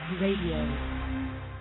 Radio